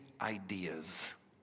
ideas